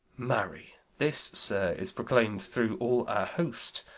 marry, this, sir, is proclaim'd through all our host,